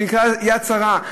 שנקרא "יד שרה".